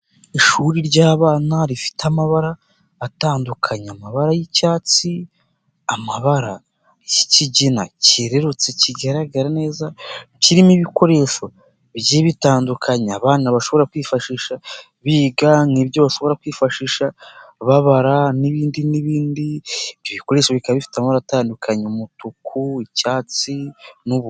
Ishuri ry'abana rifite amabara atandukanye. Amabara y'icyatsi, amabara y'ikigina kerurutse kigaragara neza. Kirimo ibikoresho bigiye bitandukanye, abana bashobora kwifashisha biga: nk'ibyo bashobora kwifashisha babara n'ibindi n'ibindi. Ibyo bikoresho bikaba bifite amabara atandukanye: umutuku, icyatsi n'ubu...